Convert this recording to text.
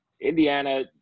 Indiana